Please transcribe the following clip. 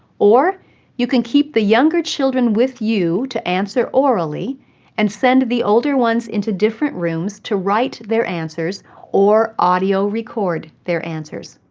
or you can keep the younger children with you to answer orally and send the older ones into different rooms to write their answers or audio record their answers.